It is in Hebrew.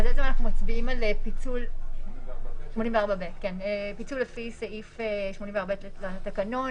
אז בעצם אנחנו מצביעים על פיצול לפי סעיף 84(ב) לתקנון,